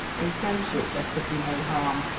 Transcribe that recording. in friendship there could be no harm.